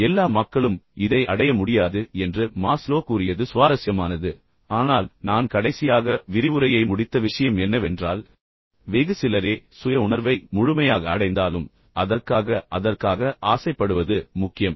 எல்லா மக்களும் இதை அடைய முடியாது என்று மாஸ்லோ கூறியது சுவாரஸ்யமானது ஆனால் நான் கடைசியாக விரிவுரையை முடித்த விஷயம் என்னவென்றால் வெகு சிலரே சுய உணர்வை முழுமையாக அடைந்தாலும் அதற்காக அதற்காக ஆசைப்படுவது முக்கியம்